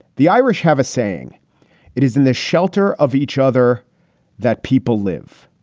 the irish have a saying it isn't the shelter of each other that people live.